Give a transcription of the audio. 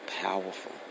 powerful